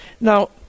now